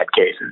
cases